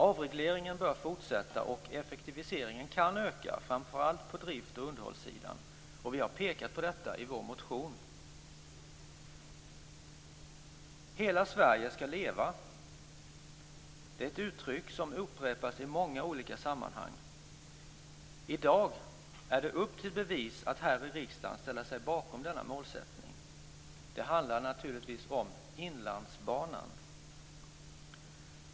Avregleringen bör fortsätta och effektiviseringen kan öka, framför allt på drift och underhållssidan och vi har pekat på detta i vår motion. "Hela Sverige skall leva" är ett uttryck som upprepas i många olika sammanhang. I dag är det upp till bevis att här i riksdagen ställa sig bakom denna målsättning. Det handlar naturligtvis om Inlandsbanan.